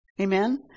Amen